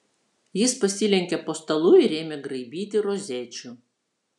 jis pasilenkė po stalu ir ėmė graibyti rozečių